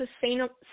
Sustainable